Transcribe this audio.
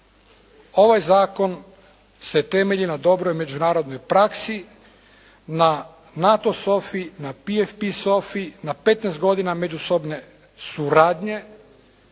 Ovaj zakon se temelji na dobroj međunarodnoj praksi, na NATO SOFA-i, na PfP SOFA-i, na petnaest godina međusobne suradnje